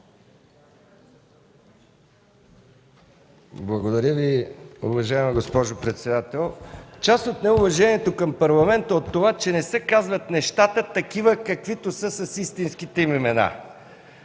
Благодаря Ви, уважаема госпожо председател. Част от неуважението към парламента е от това, че не се казват нещата такива, каквито са с истинските им имена.